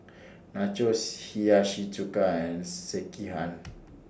Nachos Hiyashi Chuka and Sekihan